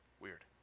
weird